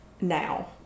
now